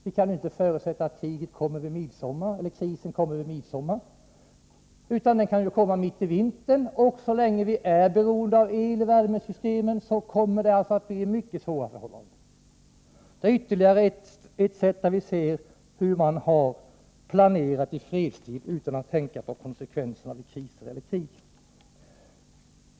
Vi kan inte förutsätta att krisen kommer vid midsommar, utan den kan komma mitt i vintern, och så länge vi är i beroende av el i värmesystemen kommer det att bli mycket svåra förhållanden. Detta är ytterligare exempel på hur man har planerat i fredstid utan att tänka på konsekvenserna i kriser eller krig.